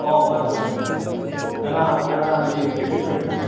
ꯑꯧ ꯃꯥꯅꯦ ꯃꯥꯅꯦ ꯃꯥꯅꯦ ꯀꯅꯥ ꯀꯅꯥꯒꯤ ꯄꯦꯔꯦꯟꯠꯁ ꯑꯣꯏꯗꯣꯏꯅꯣ